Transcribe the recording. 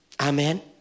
Amen